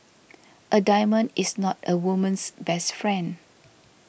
a diamond is not a woman's best friend